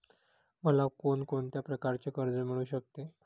मला कोण कोणत्या प्रकारचे कर्ज मिळू शकते?